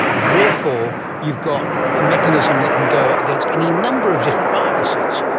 therefore you've got a mechanism that can go against any number of different viruses,